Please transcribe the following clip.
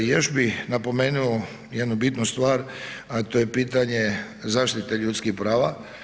Još bih napomenuo jednu bitnu stvar, a to je pitanje zaštite ljudskih prava.